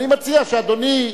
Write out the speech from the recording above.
אני מציע שאדוני,